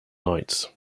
lights